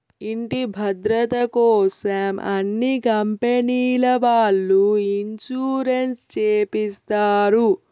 ఇంటి భద్రతకోసం అన్ని కంపెనీల వాళ్ళు ఇన్సూరెన్స్ చేపిస్తారు